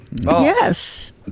yes